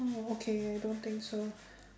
oh okay I don't think so